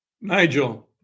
Nigel